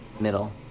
middle